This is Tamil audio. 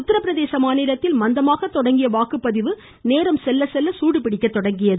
உத்தரபிரதேசத்தில் மந்தமாக தொடங்கிய வாக்குப்பதிவு நேரம் செல்ல செல்ல சூடுபிடிக்க தொடங்கியுள்ளது